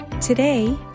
Today